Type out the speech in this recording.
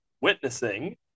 witnessing